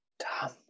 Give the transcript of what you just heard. Tom